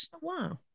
Wow